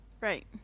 right